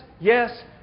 yes